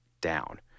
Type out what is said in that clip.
down